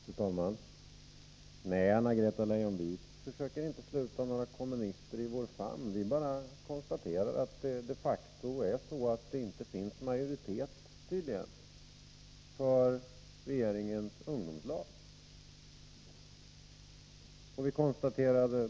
Fru talman! Nej, Anna-Greta Leijon, vi försöker inte sluta några kommunister i vår famn. Vi konstaterar bara att det de facto inte finns majoritet för regeringens förslag om ungdomslag.